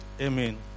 Amen